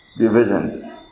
divisions